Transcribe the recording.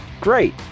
Great